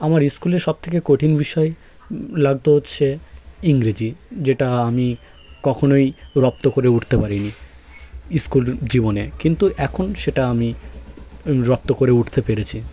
আমার স্কুলে সবথেকে কঠিন বিষয় লাগত হচ্ছে ইংরেজি যেটা আমি কখনোই রপ্ত করে উঠতে পারিনি স্কুল জীবনে কিন্তু এখন সেটা আমি রপ্ত করে উঠতে পেরেছি